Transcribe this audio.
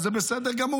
אז זה בסדר גמור.